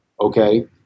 okay